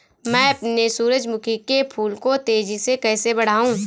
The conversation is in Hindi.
मैं अपने सूरजमुखी के फूल को तेजी से कैसे बढाऊं?